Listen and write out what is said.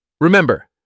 Remember